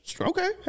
Okay